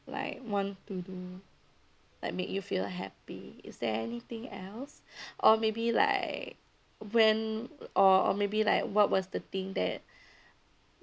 like want to do like make you feel happy is there anything else or maybe like when or maybe like what was the thing that